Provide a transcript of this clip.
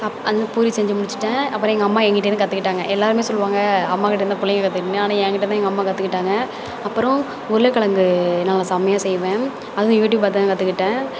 sub அந்த பூரி செஞ்சு முடிச்சுட்டேன் அப்புறம் எங்கள் அம்மா எங்கிட்டேருந்து கற்றுக்கிட்டாங்க எல்லாேருமே சொல்வாங்க அம்மாக்கிட்டே இருந்து தான் பிள்ளைங்க கற்றுக்கிட்டுனு ஆனால் எங்கிட்டே இருந்து தான் எங்கள் அம்மா கற்றுக்கிட்டாங்க அப்புறம் உருளைக் கெழங்கு நான் செம்மையா செய்வேன் அதுவும் யூடியூப் பார்த்து தான் கற்றுக்கிட்டேன்